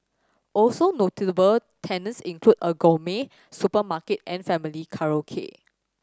also notable tenants include a gourmet supermarket and family karaoke